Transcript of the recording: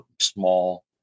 small